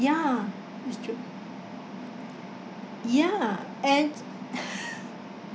ya is true ya and